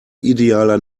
idealer